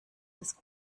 des